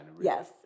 Yes